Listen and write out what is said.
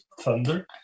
thunder